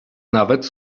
nawet